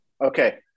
okay